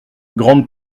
grande